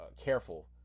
careful